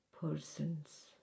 persons